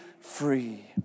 free